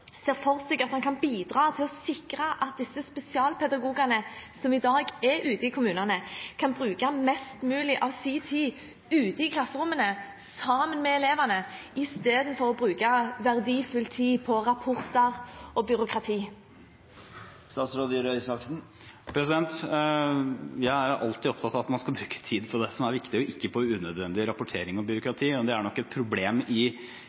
ser for seg at han kan bidra til å sikre at disse spesialpedagogene, som i dag er ute i kommunene, kan bruke mest mulig av sin tid ute i klasserommene, sammen med elevene, istedenfor å bruke verdifull tid på rapporter og byråkrati. Jeg er alltid opptatt av at man skal bruke tid på det som er viktig, og ikke på unødvendig rapportering og byråkrati. Det er nok et problem i